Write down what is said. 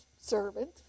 servant